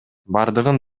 бардыгын